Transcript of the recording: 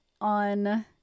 On